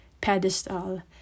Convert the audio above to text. pedestal